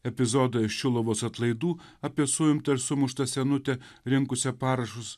epizodo iš šiluvos atlaidų apie suimtą ir sumuštą senutę rinkusią parašus